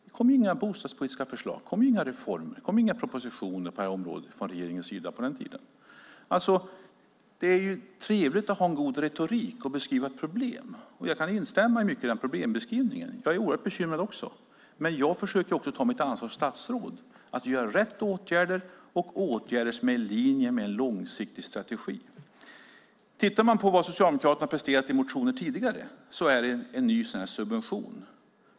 Det kom inga bostadspolitiska förslag, inga reformer eller propositioner på det här området från regeringen på den tiden. Det är trevligt med en god retorik och beskrivning av ett problem. Jag kan instämma i mycket av problembeskrivningen. Jag är också oerhört bekymrad. Jag försöker ta mitt ansvar som statsråd och vidta rätt åtgärder som är i linje med en långsiktig strategi. Det som Socialdemokraterna tidigare har presterat i motioner är en ny subvention.